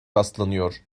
rastlanıyor